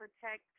protect